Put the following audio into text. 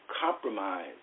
compromise